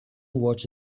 watch